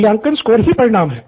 मूल्यांकन स्कोर ही परिणाम है